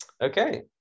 Okay